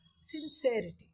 sincerity